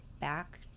back